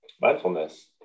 mindfulness